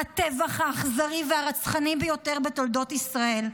הטבח האכזרי והרצחני ביותר בתולדות ישראל.